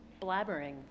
Blabbering